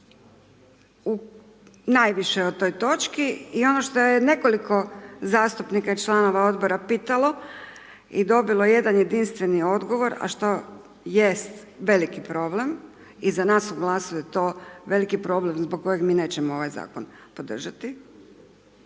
najviše o toj točki, i ono što je nekoliko zastupnika članova Odbora pitali i dobilo jedan jedinstveni odgovor, a što jest veliki problem i za nas u GLAS-u je to veliki problem zbog kojeg mi nećemo ovaj Zakon podržati,